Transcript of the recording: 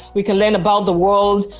we can learn about the world,